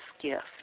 gift